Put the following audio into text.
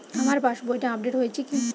আমার পাশবইটা আপডেট হয়েছে কি?